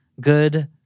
Good